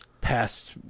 past